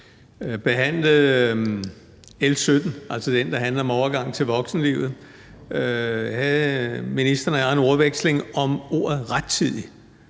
behandlede L 17, altså det, der handlede om overgangen til voksenlivet, havde ministeren og jeg en ordveksling om ordet rettidig,